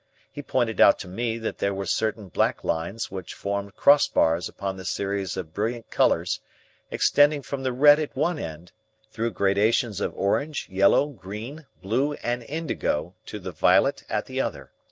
he pointed out to me that there were certain black lines which formed crossbars upon the series of brilliant colours extending from the red at one end through gradations of orange, yellow, green, blue, and indigo to the violet at the other.